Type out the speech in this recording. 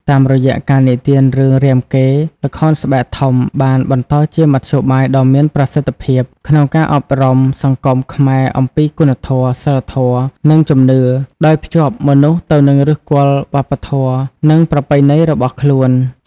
តាមរយៈការនិទានរឿងរាមកេរ្តិ៍ ល្ខោនស្បែកធំបានបន្តជាមធ្យោបាយដ៏មានប្រសិទ្ធភាពក្នុងការអប់រំសង្គមខ្មែរអំពីគុណធម៌ សីលធម៌ និងជំនឿ ដោយភ្ជាប់មនុស្សទៅនឹងឫសគល់វប្បធម៌ និងប្រពៃណីរបស់ខ្លួន ។